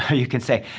you can say,